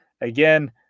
Again